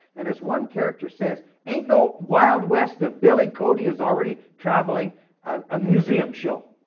and as one character says ain't no wild west of billy cody is already traveling um a museum show.